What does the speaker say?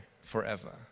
forever